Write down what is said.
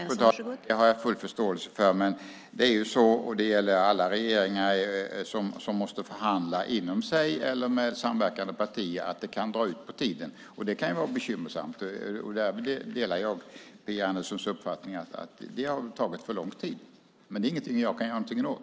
Fru talman! Det har jag full förståelse för. Men för alla regeringar som måste förhandla inom sig eller med samverkande partier gäller att det kan dra ut på tiden. Det kan vara bekymmersamt. Jag delar Phia Anderssons uppfattning att det har tagit för lång tid. Det kan jag dock inte göra något åt.